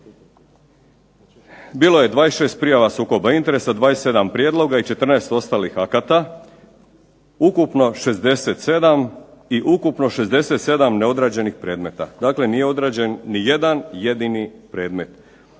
Bilo je 26 prijava sukoba interesa, 27 prijedloga i 14 ostalih akata, ukupno 67 i ukupno 67 neodrađenih predmeta, dakle nije odrađen ni jedan jedini predmet.